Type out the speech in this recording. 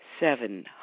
Seven